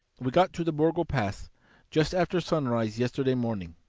we got to the borgo pass just after sunrise yesterday morning.